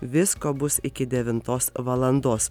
visko bus iki devintos valandos